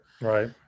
Right